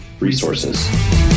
resources